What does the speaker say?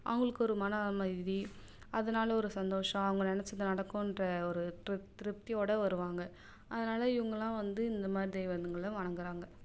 அவங்களுக்கு ஒரு மன அமைதி அதனால் ஒரு சந்தோஷம் அவங்க நினச்சது நடக்கின்ற ஒரு திருப் திருப்தியோடு வருவாங்க அதனால் இவங்கள்லாம் வந்து இந்த மாதிரி தெய்வங்களை வணங்குறாங்க